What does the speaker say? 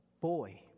boy